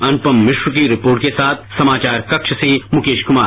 अनुपम मिश्र की रिपोर्ट के साथ समाचार कक्ष से मुकेश कुमार